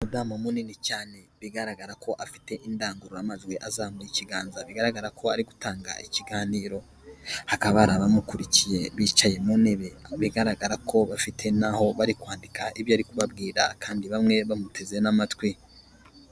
Umudamu munini cyane bigaragara ko afite indangururamajwi azamuraye ikiganza, bigaragara ko ari gutanga ikiganiro, hakaba hari abamukurikiye bicaye mu ntebe, bigaragara ko bafite n'aho bari kwandika ibyo ari kubabwira kandi bamwe bamuteze n' amatwi.